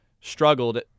struggled